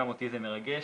גם אותי זה מרגש,